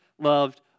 loved